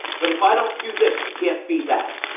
but if i don't do this, you can't be that.